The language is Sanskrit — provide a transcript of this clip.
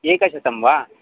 एकशतं वा